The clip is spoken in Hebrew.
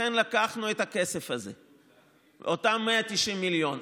לכן לקחנו את הכסף הזה, אותם 190 מיליון.